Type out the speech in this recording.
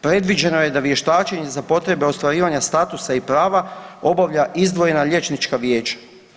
Predviđeno je da vještačenje za potrebe ostvarivanja statusa i prava obavlja izdvojena liječnička vijeća.